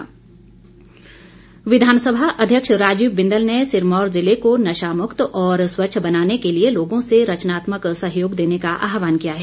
बिंदल विधानसभा अध्यक्ष राजीव बिंदल ने सिरमौर जिले को नशामुक्त और स्वच्छ बनाने के लिए लोगों से रचनात्मक सहयोग देने का आहवान किया है